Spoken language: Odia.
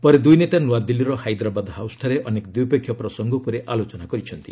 ପରେ ଦୁଇନେତା ନୂଆଦିଲ୍ଲୀର ହାଇଦ୍ରାବାଦ ହାଉସ୍ଠାରେ ଅନେକ ଦ୍ୱିପକ୍ଷୀୟ ପ୍ରସଙ୍ଗ ଉପରେ ଆଲୋଚନା କରିଛନ୍ତି